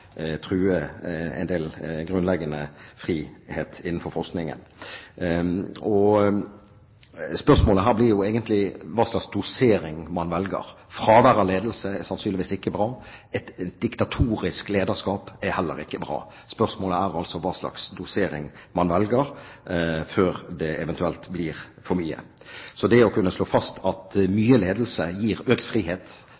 true en del grunnleggende frihet innenfor forskningen. Spørsmålet her blir jo egentlig hva slags dosering man velger. Fravær av ledelse er sannsynligvis ikke bra. Et diktatorisk lederskap er heller ikke bra. Spørsmålet er altså hva slags dosering man velger før det eventuelt blir for mye. Det å kunne slå fast at